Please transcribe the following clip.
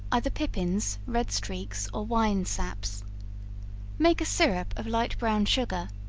either pippins, red-streaks or wine-saps make a syrup of light-brown sugar,